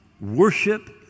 Worship